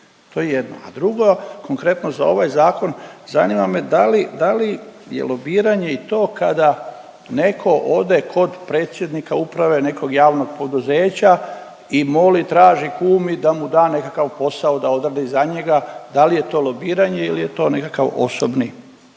To je jedno, a drugo, konkretno za ovaj zakon, zanima me da li, da li je lobiranje i to kada netko ode kod predsjednika uprave nekog javnog poduzeća i moli i traži i kumi da mu da nekakav posao da odradi za njega, da li je to lobiranje ili je to nekakav osobni